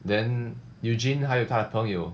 then eugene 还有他的朋友